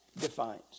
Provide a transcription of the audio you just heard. defines